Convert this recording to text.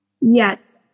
Yes